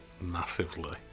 massively